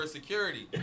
security